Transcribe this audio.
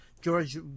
George